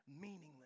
meaningless